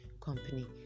company